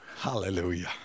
Hallelujah